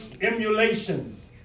Emulations